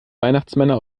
weihnachtsmänner